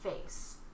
face